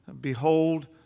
behold